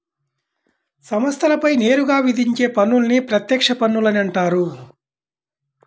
సంస్థలపై నేరుగా విధించే పన్నులని ప్రత్యక్ష పన్నులని అంటారు